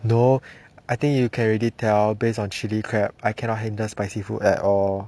no I think you can already tell based on chilli crab I cannot handle spicy food at all